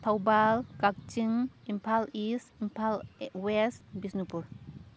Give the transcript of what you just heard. Thoubal Kakching Imphal east Imphal west Bishnupur